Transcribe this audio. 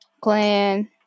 Clan